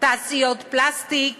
תעשיות פלסטיק